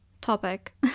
topic